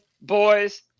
boys